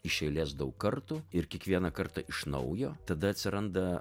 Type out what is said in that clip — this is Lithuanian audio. iš eilės daug kartų ir kiekvieną kartą iš naujo tada atsiranda